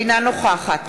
אינה נוכחת